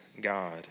God